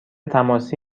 تماسی